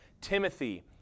Timothy